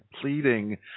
Pleading